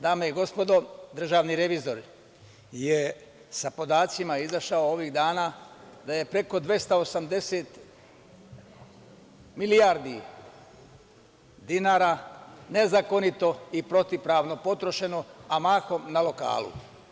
Dame i gospodo, državni revizor je sa podacima izašao ovih dana da je preko 280 milijardi dinara nezakonito i protivpravno potrošeno, a mahom na lokalu.